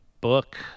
book